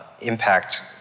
impact